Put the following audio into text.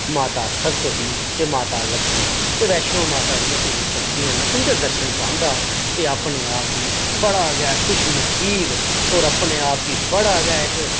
ते माता लक्षमी ते एह् माता वैष्णो दियां तिन शक्तियां न उं'दे दर्शन पांदे ना अपने आप गी बड़ा गे खुशनसीब और अपने आप गी बड़ा गै इक